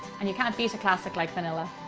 and you can't beat a classic like vanilla.